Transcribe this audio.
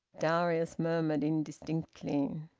darius murmured indistinctly.